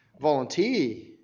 volunteer